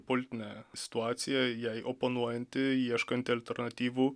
politine situacija jai oponuojanti ieškanti alternatyvų